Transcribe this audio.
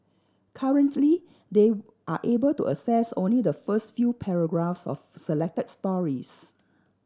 currently they are able to access only the first few paragraphs of selected stories